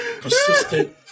Persistent